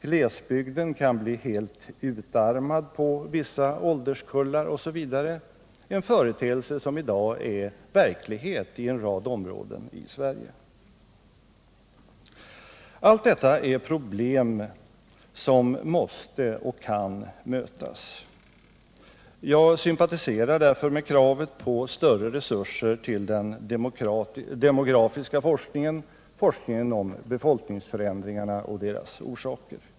Glesbygden kan bli helt utarmad på vissa ålderskullar osv., en företeelse som i dag är verklighet i en rad områden i Sverige. Allt detta är problem som måste och kan mötas. Jag sympatiserar därför med kravet på större resurser till den demografiska forskningen, forskningen om befolkningsförändringarna och deras orsaker.